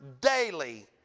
daily